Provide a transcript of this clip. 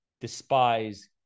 despise